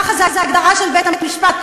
ככה ההגדרה של בית-המשפט,